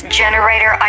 generator